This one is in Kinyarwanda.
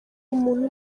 umuntu